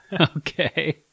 Okay